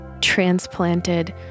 transplanted